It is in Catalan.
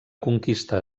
conquista